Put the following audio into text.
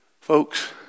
Folks